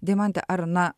deimante ar na